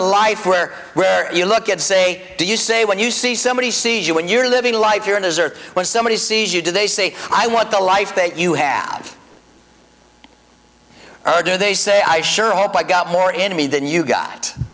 a life where where you look at say do you say when you see somebody sees you when you're living a life you're in his or when somebody sees you do they say i want the life that you have or do they say i sure hope i got more in me than you got